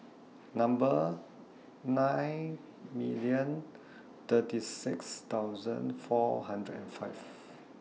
Number nine million thirty six thousand four hundred and five